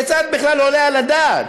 כיצד בכלל עולה על הדעת